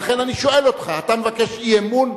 לכן אני שואל אותך: אתה מבקש אי-אמון,